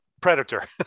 predator